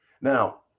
Now